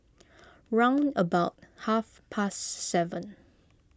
round about half past seven